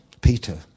Peter